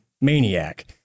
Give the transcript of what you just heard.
maniac